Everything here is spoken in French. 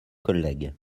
collègues